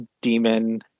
demon